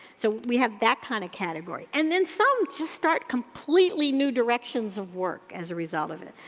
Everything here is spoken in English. so we have that kind of category and then some just start completely new directions of work as a result of it.